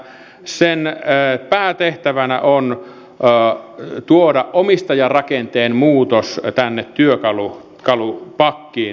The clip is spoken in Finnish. sen päätehtävänä on tuoda omistajarakenteen muutos tänne työkalupakkiin